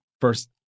first